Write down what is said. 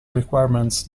requirements